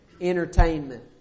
entertainment